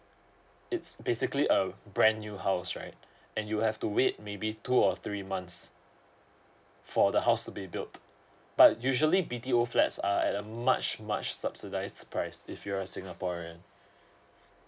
it's basically a brand new house right and you have to wait maybe two or three months for the house to be built but usually b t o flats are at a much much subsidised price if you're a singaporean